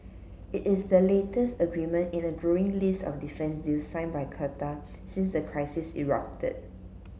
it is the latest agreement in a growing list of defence deals signed by Qatar since the crisis erupted